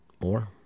more